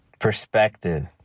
Perspective